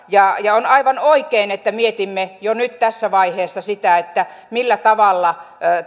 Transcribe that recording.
ja ja on aivan oikein että mietimme jo nyt tässä vaiheessa sitä millä tavalla